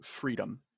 freedom